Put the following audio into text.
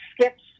skips